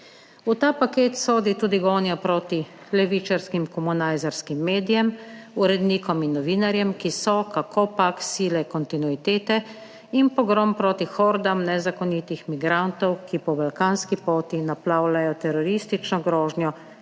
V ta paket sodi tudi gonja proti levičarskim komunajzarskim medijem, urednikom in novinarjem, ki so kakopak sile kontinuitete, in pogrom proti hordam nezakonitih migrantov, ki po balkanski poti naplavljajo teroristično grožnjo,